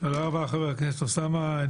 תודה רבה, חבר הכנסת אוסאמה.